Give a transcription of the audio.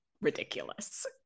ridiculous